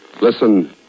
Listen